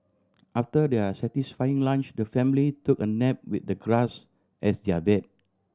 after their satisfying lunch the family took a nap with the grass as their bed